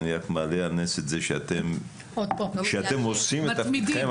אני רק מעלה על נס את זה שאתם עושים את תפקידכם,